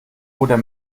oder